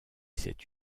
cette